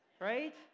Right